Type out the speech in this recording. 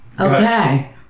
okay